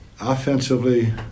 Offensively